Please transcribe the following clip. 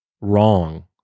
wrong